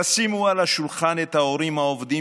תשימו על השולחן את ההורים העובדים